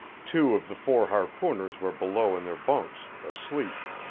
two of the four harpooners were below in their bunks, asleep.